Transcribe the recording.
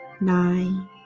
nine